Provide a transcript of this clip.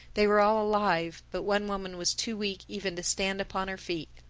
they were all alive but one woman was too weak even to stand upon her feet.